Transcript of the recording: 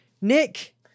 Nick